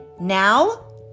Now